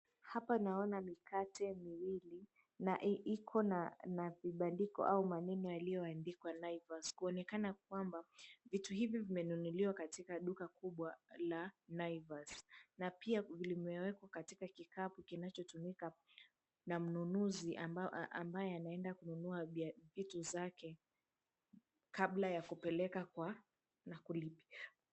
Hapa naona mikate miwili na iko na vibandiko au maneno yaliyoandikwa Naivas kuonekana kwamba viti hivi vimenunuliwa katika duka kubwa la Naivas na pia limewekwa katika kikapu kinachotumika na mnunuzi ambaye anaenda kununua vitu zake kabla ya kupeleka na kulipia.